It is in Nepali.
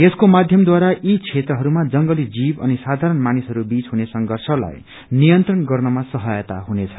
यसको माध्यम द्वारा यी क्षेत्रहरूमा जंगली जीव अनि साधारण मानिसहरू बीच हुने संर्षष लाई नियन्त्रण गन्नमा सहायता हुनेछ